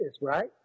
right